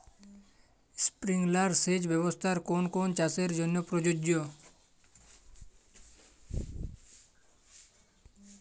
Sprinkler সেচ ব্যবস্থার কোন কোন চাষের জন্য প্রযোজ্য?